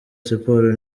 siporo